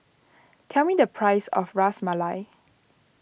tell me the price of Ras Malai